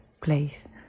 place